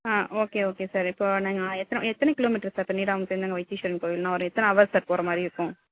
okay okay sir இப்போது நாங்கள் எத்தனை கிலோ மீட்ரு சார் இப்போ நீடாமங்கலத்துலேருந்து அங்கே வைத்தீஸ்வரன் கோயில் நான் ஒரு எத்தனை அவர் சார் போகிற மாதிரியிருக்கும்